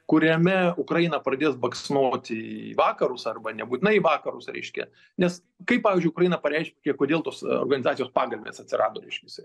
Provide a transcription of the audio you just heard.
kuriame ukraina pradės baksnoti į vakarus arba nebūtinai į vakarus reiškia nes kaip pavyzdžiui ukraina pareiškė kodėl tos organizacijos pagrindas atsirado reiškiasi